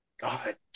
God